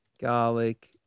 garlic